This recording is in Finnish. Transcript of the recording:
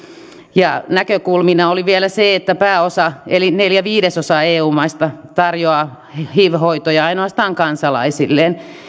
näkökulmana oli vielä se että pääosa eli neljä viidesosaa eu maista tarjoaa hiv hoitoja ainoastaan kansalaisilleen